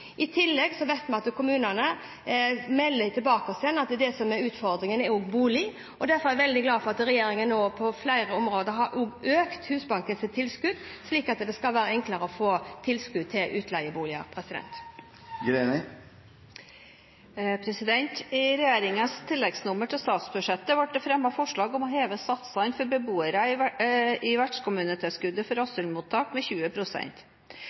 I tillegg vet vi at kommunene melder tilbake at det som er utfordringen, er bolig, og derfor er jeg veldig glad for at regjeringen nå på flere områder også har økt Husbankens tilskudd slik at det skal være enklere å få tilskudd til utleieboliger. I regjeringens tilleggsnummer til statsbudsjettet ble det fremmet forslag om å heve satsene i vertskommunetilskuddet for beboere i asylmottak med 20 pst. Statsministeren viser i sitt brev til kommunene at økt bosetting er avgjørende for